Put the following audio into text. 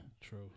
True